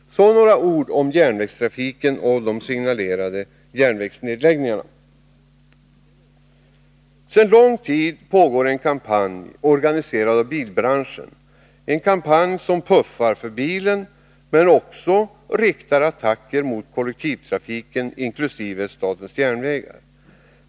Så några ord om järnvägstrafiken och de signalerade järnvägsnedläggningarna. Sedan lång tid tillbaka pågår en kampanj organiserad av bilbranschen — en bransch som puffar för bilen men som också riktar attacker mot kollektivtrafiken, inkl. statens järnvägar.